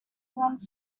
one